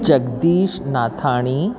Jagdish Nathani